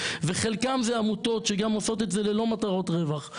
וחלקם זה עמותות שגם עושות את זה ללא מטרות רווח.